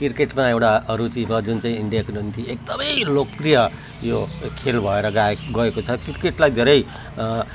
क्रिकेटमा एउटा रुचि भयो जुन चाहिँ इन्डियाको जुन चाहिँ एकदमै लोकप्रिय यो खेल भएर गए गएको छ क्रिकेटलाई धेरै